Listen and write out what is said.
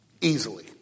Easily